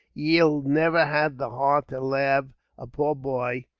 ye'll never have the heart to lave a poor boy,